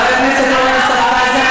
חבר הכנסת אורן אסף חזן,